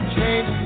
Change